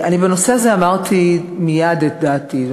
בנושא הזה אמרתי מייד את דעתי.